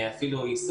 אפילו ---,